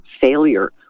failure